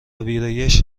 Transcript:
ویرایش